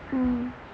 mmhmm